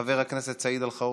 חבר הכנסת סעיד אלחרומי,